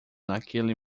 naquele